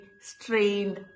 strained